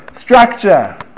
structure